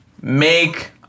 make